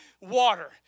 water